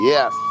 Yes